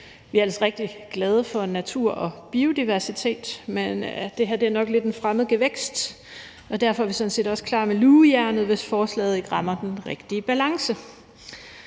Vi er ellers rigtig glade for natur og biodiversitet, men det her er nok lidt en fremmed gevækst, og derfor er vi sådan set også klar med lugejernet, hvis forslaget ikke rammer den rigtige balance.